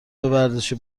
ورزشی